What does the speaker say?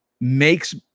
makes